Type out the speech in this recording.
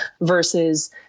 versus